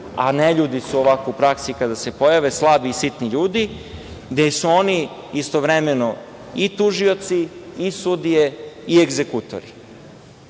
a neljudi su ovako u praksi kada se pojave, slabi i sitni ljudi, gde su oni istovremeno i tužioci i sudije i ezgekutori